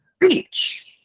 Reach